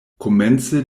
komence